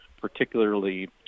particularly